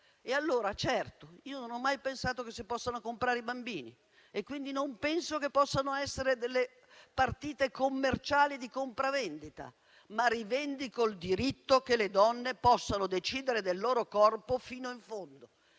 farlo lei. Io non ho mai pensato che si possano comprare i bambini e quindi non penso che possano essere delle partite commerciali di compravendita, ma rivendico il diritto che le donne possano decidere del loro corpo fino in fondo